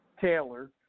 Taylor